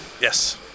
Yes